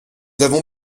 avons